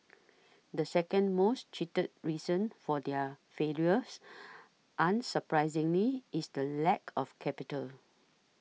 the second most cheated reason for their failures unsurprisingly is the lack of capital